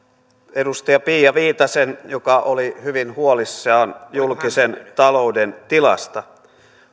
edustaja pia viitasen joka oli hyvin huolissaan julkisen talouden tilasta